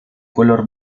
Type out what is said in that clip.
color